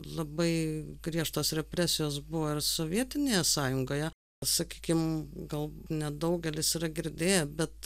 labai griežtos represijos buvo ir sovietinėje sąjungoje sakykim gal nedaugelis yra girdėję bet